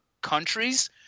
countries